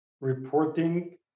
reporting